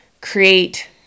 create